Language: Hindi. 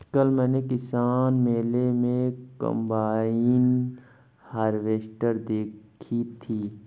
कल मैंने किसान मेले में कम्बाइन हार्वेसटर देखी थी